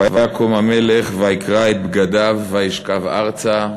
ויקֹם המלך ויקרע את בגדיו וישכב ארצה".